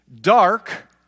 dark